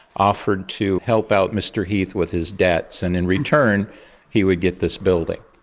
offered to help out mr heath with his debts, and in return he would get this building.